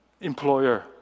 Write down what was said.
employer